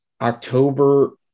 October